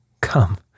Come